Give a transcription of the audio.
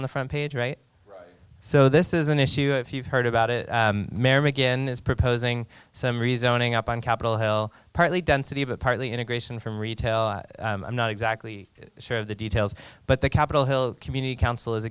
on the front page so this is an issue if you've heard about it mayor mcginn is proposing some rezoning up on capitol hill partly density but partly integration from retail i'm not exactly sure of the details but the capitol hill community council is